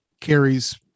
carries